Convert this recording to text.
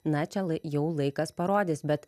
na čia lai jau laikas parodys bet